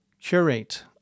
curate